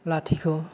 लाथिख'